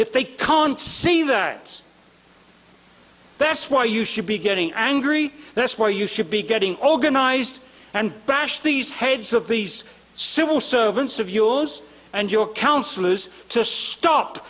if they can't see that that's why you should be getting angry that's why you should be getting organized and bash these heads of these civil servants of yours and your counselors to stop